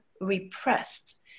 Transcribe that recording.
repressed